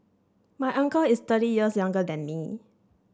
my uncle is thirty years younger than me